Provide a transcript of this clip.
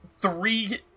three